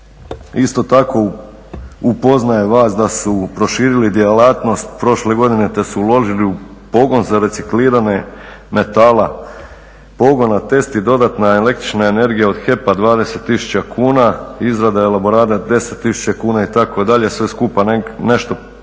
Isto tako upoznaje vas da su proširili djelatnost prošle godine te su uložili u pogon za recikliranje metala. Pogon na test i dodatna električna energija od HEP-a 20 tisuća kuna, izrada elaborata 10 tisuća kuna itd., sve skupa nešto preko